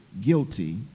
guilty